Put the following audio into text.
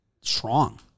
strong